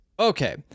Okay